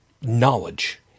knowledge